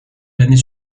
l’année